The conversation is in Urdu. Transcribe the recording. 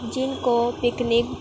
جن کو پکنک